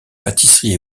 pâtisseries